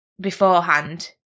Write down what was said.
beforehand